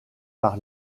par